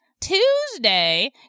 Tuesday